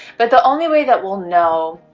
but the only, way that we'll know